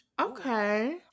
okay